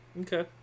Okay